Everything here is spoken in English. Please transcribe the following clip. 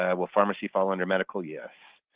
um will pharmacy fall under medical? yes.